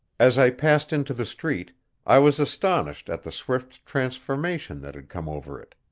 as i passed into the street i was astonished at the swift transformation that had come over it.